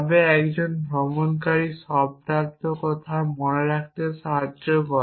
তবে একজন ভ্রমণকারী শব্দার্থকথা মনে রাখতে সাহায্য করে